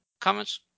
comments